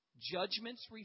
Judgments